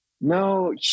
No